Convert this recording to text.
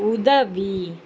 உதவி